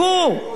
ועוד תהיה.